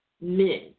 men